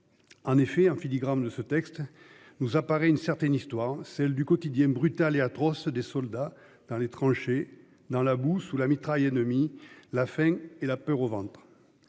En effet en filigrane de ce texte nous apparaît une certaine histoire celle du quotidien brutale et atroce des soldats dans les tranchées dans la boue sous la mitraille ennemie, la faim et la peur au ventre.